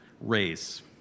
race